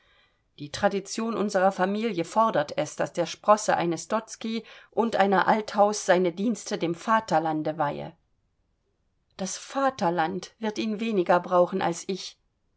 die tradition unserer familie fordert es daß der sprosse eines dotzky und einer althaus seine dienste dem vaterlande weihe das vaterland wird ihn weniger brauchen als ich